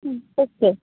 હા ઓકે